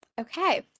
Okay